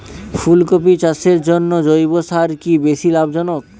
ফুলকপি চাষের জন্য জৈব সার কি বেশী লাভজনক?